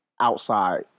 outside